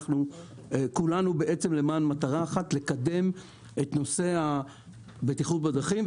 כולנו למען מטרה אחת לקדם את נושא הבטיחות בדרכים,